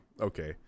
Okay